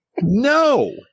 No